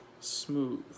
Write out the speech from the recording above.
smooth